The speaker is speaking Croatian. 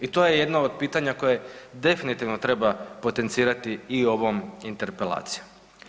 I to je jedno od pitanja koje definitivno treba potencirati i ovom interpelacijom.